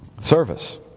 Service